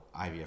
IVF